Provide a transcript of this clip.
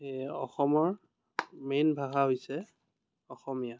সেয়ে অসমৰ মেইন ভাষা হৈছে অসমীয়া